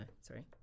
sorry